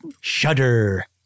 shudder